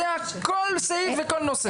יודע כל סעיף וכל נושא.